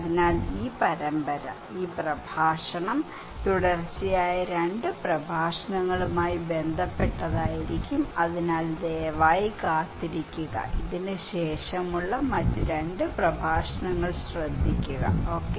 അതിനാൽ ഈ പരമ്പര ഈ പ്രഭാഷണം തുടർച്ചയായ രണ്ട് പ്രഭാഷണങ്ങളുമായി ബന്ധപ്പെട്ടതായിരിക്കും അതിനാൽ ദയവായി കാത്തിരിക്കുക ഇതിന് ശേഷമുള്ള മറ്റ് രണ്ട് പ്രഭാഷണങ്ങൾ ശ്രദ്ധിക്കുക ഓക്കേ